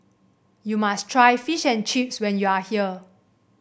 you must try Fish and Chips when you are here